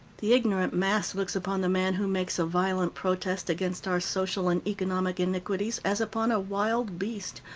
the ignorant mass looks upon the man who makes a violent protest against our social and economic iniquities as upon a wild beast,